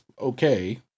okay